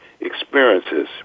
Experiences